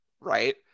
right